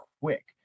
quick